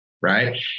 right